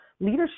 leadership